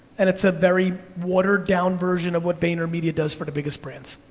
and it's a very watered down version of what vaynermedia does for the biggest brands.